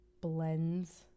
blends